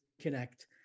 connect